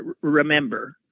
remember